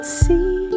see